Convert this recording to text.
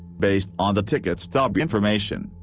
based on the ticket stub information,